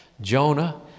Jonah